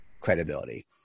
credibility